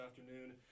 afternoon